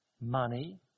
money